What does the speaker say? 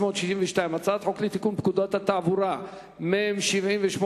הצעת חוק לתיקון פקודת התעבורה (מס' 78),